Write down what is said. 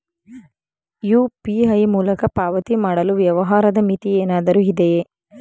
UPI ಮೂಲಕ ಪಾವತಿ ಮಾಡಲು ವ್ಯವಹಾರದ ಮಿತಿ ಏನಾದರೂ ಇದೆಯೇ?